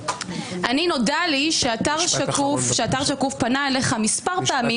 נודע לי שאתר "שקוף" פנה אליך מספר פעמים